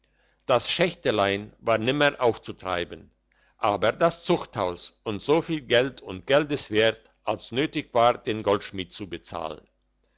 das schächtelein war nimmer aufzutreiben aber das zuchthaus und so viel geld und geldeswert als nötig war den goldschmied zu bezahlen